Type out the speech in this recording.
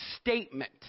statement